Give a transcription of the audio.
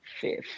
Fifth